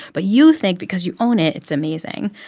but you think, because you own it, it's amazing.